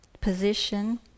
Position